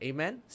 Amen